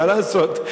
מה לעשות?